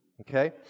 Okay